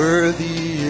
Worthy